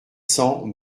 cents